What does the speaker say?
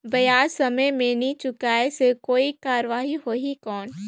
ब्याज समय मे नी चुकाय से कोई कार्रवाही होही कौन?